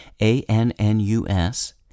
A-N-N-U-S